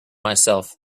myself